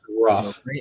rough